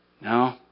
No